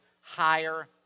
higher